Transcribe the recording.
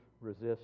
resist